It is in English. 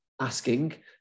asking